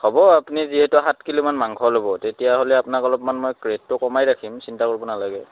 হ'ব আপুনি যিহেতু সাত কিলোমান মাংস ল'ব তেতিয়াহ'লে আপোনাক অলপমান মই ৰেটটো কমাই ৰাখিম চিন্তা কৰিব নালাগে